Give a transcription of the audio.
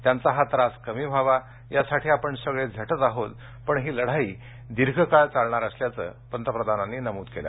त्यांचा हा त्रास कमी व्हावा यासाठी आपण सगळे झटत आहोत पण ही लढाई दीर्घकाळ चालणार असल्याचं पंतप्रधानांनी स्पष्ट केल